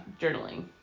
journaling